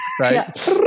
right